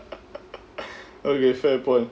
okay fair point